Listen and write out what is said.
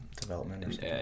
development